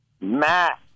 Matt